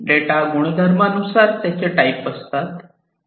data गुणधर्मानुसार त्याचे type असतात